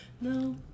No